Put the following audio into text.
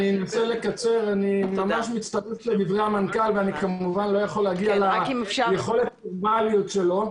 אני מצטרף לדברי מנכ"ל משרד הפנים.